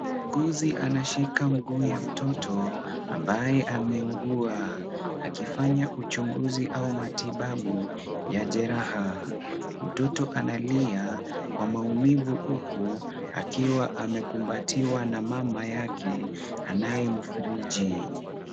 Muuguzi anashika mguu wa mtoto ambaye ameugua, akifanya uchunguzi au matibabu ya jeraha. Mtoto analia kwa maumivu huku akiwa amekumbatiwa na mama yake anayemfariji.